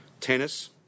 Tennis